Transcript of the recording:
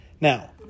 now